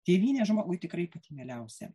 tėvynė žmogui tikrai pati mieliausia